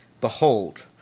behold